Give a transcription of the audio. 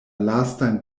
lastajn